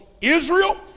Israel